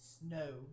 Snow